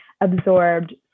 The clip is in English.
absorbed